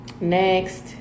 Next